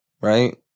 Right